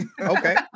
Okay